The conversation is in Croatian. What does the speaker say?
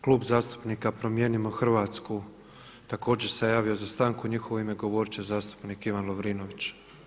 Klub zastupnika Promijenimo Hrvatsku također se javio za stanku i u njihovo ime govoriti će zastupnik Ivan Lovrinović.